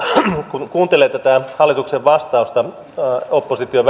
kun kuuntelee hallituksen vastausta opposition